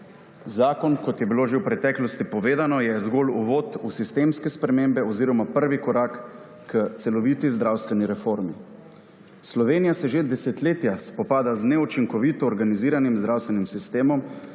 Zakon, kot je bilo že v preteklosti povedano, je zgolj uvod v sistemske spremembe oziroma prvi korak k celoviti zdravstveni reformi. Slovenija se že desetletja spopada z neučinkovito organiziranim zdravstvenim sistemom,